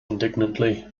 indignantly